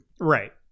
right